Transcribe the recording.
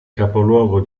capoluogo